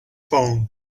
phone